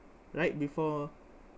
right before